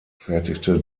fertigte